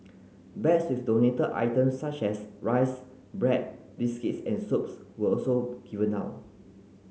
bags with donated items such as rice bread biscuits and soaps were also given out